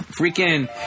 Freaking